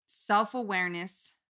Self-awareness